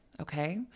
okay